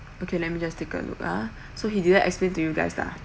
okay let me just take a look uh so he didn't explain to you guys lah